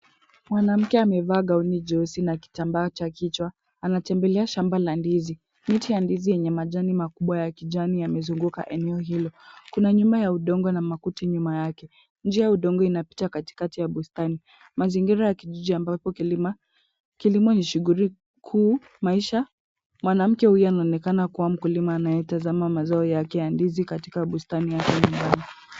Mwanamke amevaa gauni jozi na kitambaa cha kichwa, anatembelea shamba la ndizi. Miti ya ndizi yenye majani makubwa ya kijani yamezunguka eneo hilo. Kuna nyuma ya udongo na makuta nyuma yake. Njia ya udongo inapita katikati ya bustani. Mazingira ya kijiji ambako kilima, kilimo ni shughuli, kuu, maisha, mwanamke huyu anaonekana kuwa mkulima anayetazama mazao yake ya ndizi katika bustani yake nyumbani.